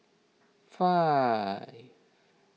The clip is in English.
five